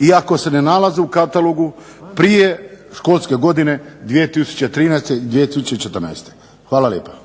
iako se ne nalaze u katalogu prije školske godine 2013. i 2014. Hvala lijepa.